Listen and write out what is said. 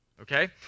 okay